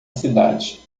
cidade